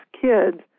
kids